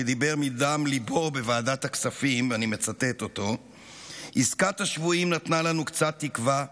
שדיבר מדם ליבו בוועדת הכספים: עסקת השבויים נתנה לנו קצת תקווה,